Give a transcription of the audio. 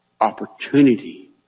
opportunity